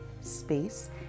space